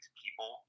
people